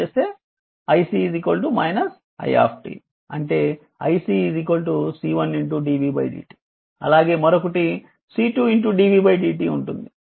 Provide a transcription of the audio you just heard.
అంటే i C C1 dv dt అలాగే మరొకటి C2 dv dt ఉంటుంది